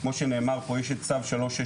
כמו שנאמר פה יש את צו 363,